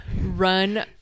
run